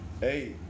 Hey